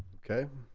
okay